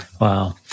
Wow